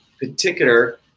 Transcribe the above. particular